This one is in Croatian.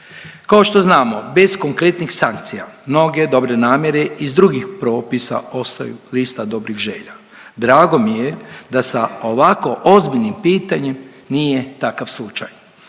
Kao što znamo bez konkretnih sankcija mnoge dobre namjere iz drugih propisa ostaju lista dobrih želja. Drago mi je da sa ovako ozbiljnim pitanjem nije takav slučaj.